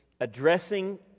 addressing